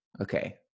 Okay